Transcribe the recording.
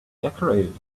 decorated